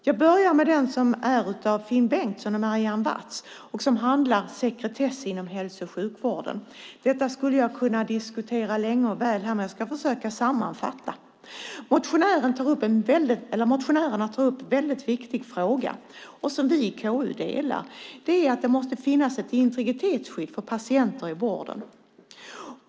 Jag börjar med den som är av Finn Bengtsson och Marianne Watz och som handlar om sekretess inom hälso och sjukvården. Det skulle jag kunna diskutera länge och väl här, men jag ska försöka sammanfatta. Motionärerna tar upp en viktig fråga och en åsikt som vi i KU delar. Det är att det måste finnas ett integritetsskydd för patienter i vården.